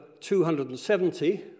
270